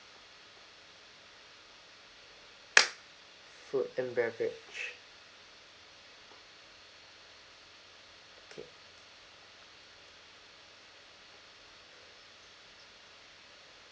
food and beverage okay